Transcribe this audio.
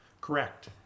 Correct